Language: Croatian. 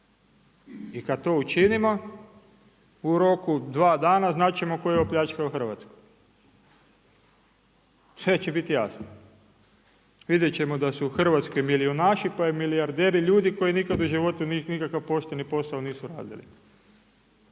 I kad to učinimo u roku 2 dana znat ćemo tko je opljačkao Hrvatsku. Sve će biti jasno. Vidjet ćemo da su u Hrvatskoj milijunaši, pa i milijarderi ljudi koji nikad u životu nikakav pošteni posao nisu radili.